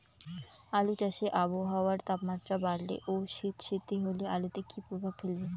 আলু চাষে আবহাওয়ার তাপমাত্রা বাড়লে ও সেতসেতে হলে আলুতে কী প্রভাব ফেলবে?